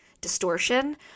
distortion